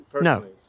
No